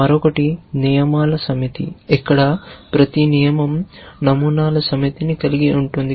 మరొకటి నియమాల సమితి ఇక్కడ ప్రతి నియమం నమూనాల సమితిని కలిగి ఉంటుంది